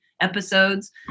episodes